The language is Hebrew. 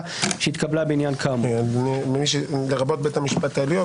שהתקבלה בעניין כאמור." "לרבות בית המשפט העליון"